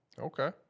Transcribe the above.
Okay